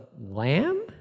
lamb